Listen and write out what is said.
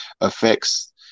affects